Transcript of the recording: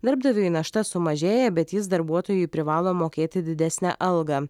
darbdaviui našta sumažėja bet jis darbuotojui privalo mokėti didesnę algą